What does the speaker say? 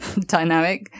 dynamic